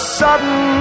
sudden